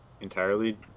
entirely